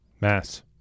Mass